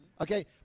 okay